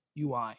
UI